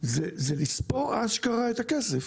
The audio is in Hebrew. זה לספור את הכסף.